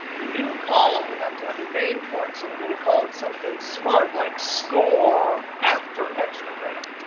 the new column we have to have a name for it. so we're going to call it something smart, like score after extra credit.